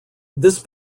this